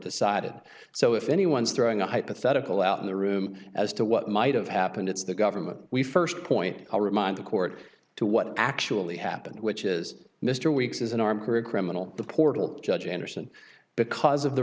decided so if anyone's throwing a hypothetical out in the room as to what might have happened it's the government we first point i'll remind the court to what actually happened which is mr weeks is an army career criminal the portal judge anderson because of the